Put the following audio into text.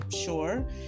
sure